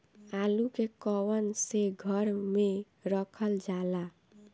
आलू के कवन से घर मे रखल जाला?